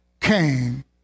came